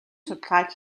судалгааг